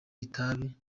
itabi